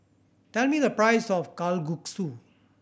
tell me the price of Kalguksu